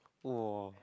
!wah!